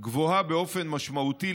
גבוהה באופן משמעותי,